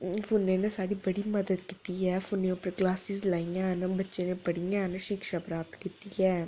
अ फोनै साढ़ी बड़ी मदद कीती ऐ फोनै उप्पर क्लासां लाइयां न बच्चें नै पढ़ियां न शिक्षा प्राप्त कीती ऐ